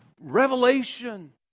revelation